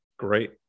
Great